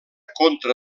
contra